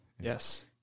Yes